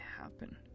happen